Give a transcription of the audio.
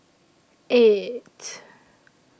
eight